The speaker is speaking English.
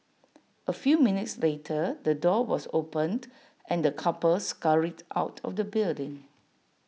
A few minutes later the door was opened and the couple scurried out of the building